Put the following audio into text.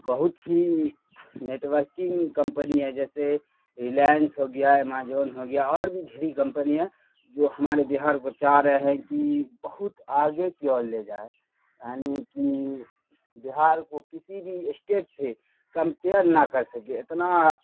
بہت ہی networking company ہے جیسے ریلائنس ہو گیا ایماجون ہو گیا اور بھی ڈھیری کمپنی ہے جو ہمارے بہار کو چاہ رہے ہیں کہ بہت آگے کی اور لے جائے یعنی کہ بہار کو کسی بھی اسٹیٹ سے کمپیئر نہ کر سکے اتنا